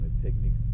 techniques